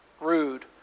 rude